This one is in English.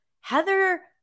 Heather